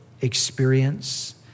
experience